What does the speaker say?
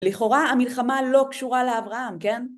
לכאורה המלחמה לא קשורה לאברהם, כן?